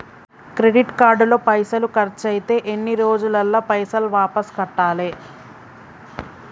Credit card లో పైసల్ ఖర్చయితే ఎన్ని రోజులల్ల పైసల్ వాపస్ కట్టాలే?